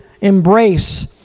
embrace